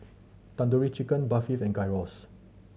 Tandoori Chicken Barfi and Gyros